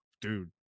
dude